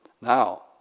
Now